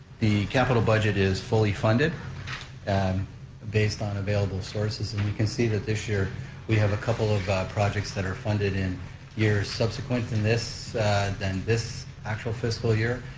the capital budget is fully funded based on available sources and you can see that this year we have a couple of projects that are funded in years subsequent than this than this actual fiscal year,